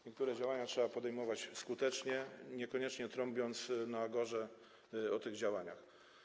Niektóre działania trzeba podejmować skutecznie, niekoniecznie trąbiąc na agorze o tych działaniach.